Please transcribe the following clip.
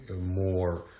more